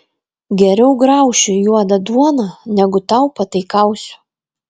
geriau graušiu juodą duoną negu tau pataikausiu